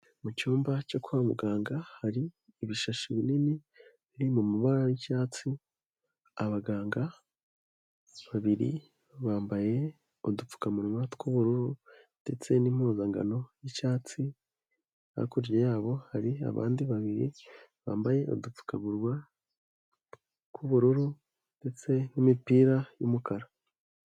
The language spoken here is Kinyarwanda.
Mu cyumba cyo kwa muganga hari ibishashi binini biri mu mumabara y'icyatsi. Abaganga babiri bambaye udupfukamunwa tw'ubururu ndetse n'impuzankano yicyatsi, hakurya yabo hari abandi babiri bambaye udupfukamunywa tw'ubururu ndetse n'imipira y'umukara.